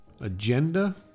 agenda